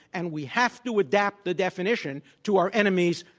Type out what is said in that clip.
and we have to adapt the definition to our enemies,